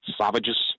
savages